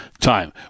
time